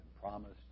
promised